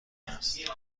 است